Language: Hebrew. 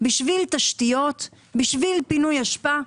תשתיות או פינוי אשפה.